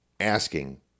Asking